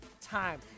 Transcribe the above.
time